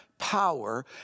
Power